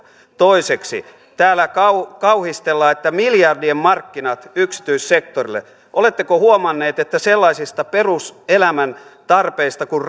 toiseksi täällä kauhistellaan että miljardien markkinat yksityissektorille oletteko huomanneet että sellaisista peruselämäntarpeista kuin